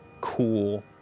cool